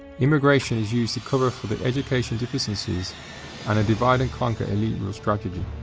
immigration is used to cover for the education deficiencies and a divide and conquer elite rule strategy.